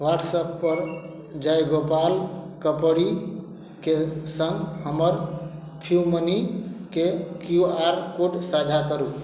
WhatsApp पर जयगोपाल कपड़िके सङ्ग हमर पेयूमनीके क्यू आर कोड साझा करू